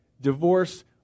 Divorce